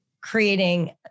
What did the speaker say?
creating